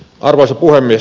arvoisa puhemies